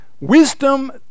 Wisdom